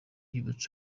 yubatse